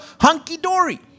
hunky-dory